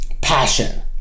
passion